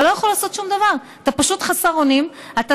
אתה לא יכול לעשות שום דבר, אתה פשוט חסר אונים.